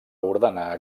ordenar